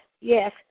yes